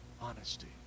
honesty